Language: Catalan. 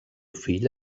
fill